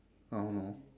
I don't know